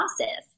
process